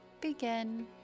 begin